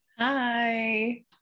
hi